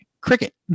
Cricket